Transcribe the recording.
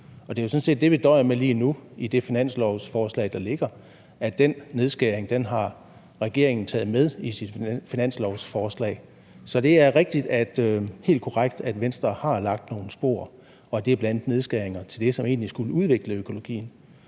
det er jo sådan set det, vi døjer med lige nu i det finanslovsforslag, der ligger, altså at den nedskæring har regeringen taget med i sit finanslovsforslag. Så det er helt korrekt, at Venstre har lagt nogle spor, og det er bl.a. nedskæringer af det, som egentlig skulle udvikle økologien.